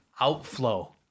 Outflow